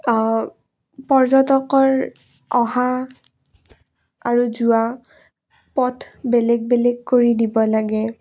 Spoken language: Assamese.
পৰ্যটকৰ অহা আৰু যোৱা পথ বেলেগ বেলেগ কৰি দিব লাগে